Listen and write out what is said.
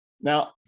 Now